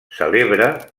celebra